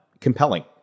compelling